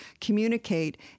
communicate